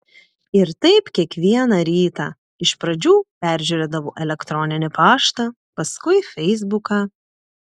ir taip kiekvieną rytą iš pradžių peržiūrėdavau elektroninį paštą paskui feisbuką